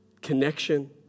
connection